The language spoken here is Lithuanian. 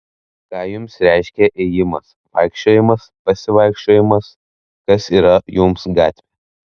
ką jums reiškia ėjimas vaikščiojimas pasivaikščiojimas kas yra jums gatvė